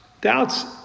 Doubts